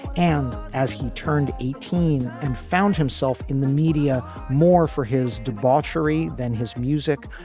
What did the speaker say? and as he turned eighteen and found himself in the media more for his debauchery than his music,